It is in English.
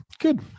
Good